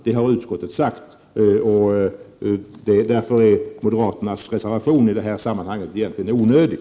Detta har utskottet alltså sagt, och därför är moderaternas reservation egentligen onödig.